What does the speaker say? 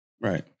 right